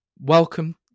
welcome